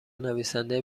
نویسنده